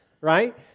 right